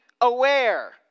aware